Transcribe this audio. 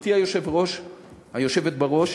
גברתי היושבת בראש,